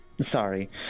sorry